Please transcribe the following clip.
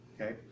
okay